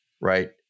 right